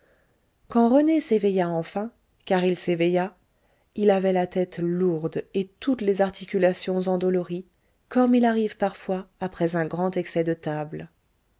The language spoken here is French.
quand rené s'éveilla enfin car il s'éveilla il avait la tête lourde et toutes les articulations endolories comme il arrive parfois après un grand excès de table